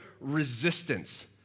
resistance